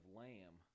lamb